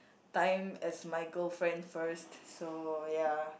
time as my girlfriend first so ya